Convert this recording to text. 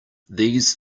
these